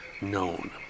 known